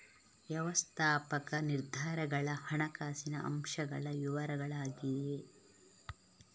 ವ್ಯವಸ್ಥಾಪಕ ನಿರ್ಧಾರಗಳ ಹಣಕಾಸಿನ ಅಂಶಗಳ ವಿವರಗಳಾಗಿವೆ